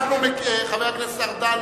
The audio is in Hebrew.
חבר הכנסת ארדן,